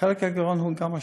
בחלק מהגירעון הוא אשם,